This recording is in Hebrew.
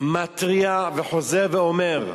אני מתריע וחוזר ואומר,